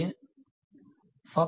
વિદ્યાર્થી ફક્ત